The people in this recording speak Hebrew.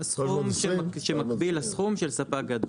סכום שמקביל לסכום של ספק גדול.